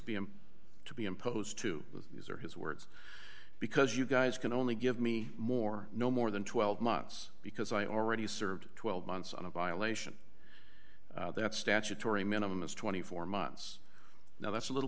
to be in to be imposed to these are his words because you guys can only give me more no more than twelve months because i already served twelve months on a violation that's statutory minimum is twenty four months now that's a little